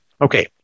Okay